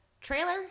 trailer